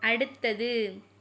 அடுத்தது